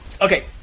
Okay